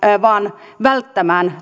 vaan välttämään